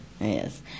yes